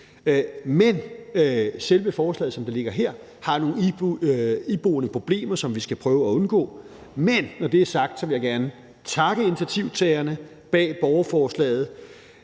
selve forslaget, som det ligger her, har nogle iboende problemer, som vi skal prøve at undgå; men når det er sagt, vil jeg gerne takke initiativtagerne bag borgerforslaget,